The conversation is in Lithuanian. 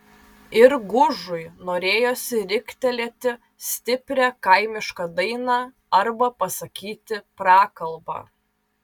ir gužui norėjosi riktelėti stiprią kaimišką dainą arba pasakyti prakalbą